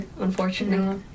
unfortunately